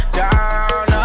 down